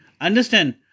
Understand